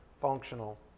functional